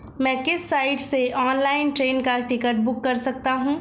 मैं किस साइट से ऑनलाइन ट्रेन का टिकट बुक कर सकता हूँ?